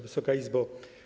Wysoka Izbo!